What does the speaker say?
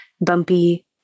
bumpy